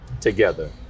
together